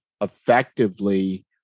effectively